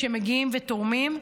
באים ותורמים.